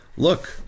look